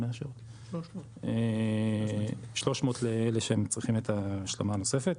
300 לאלה שצריכים את ההשלמה הנוספת,